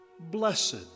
Blessed